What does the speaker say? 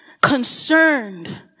concerned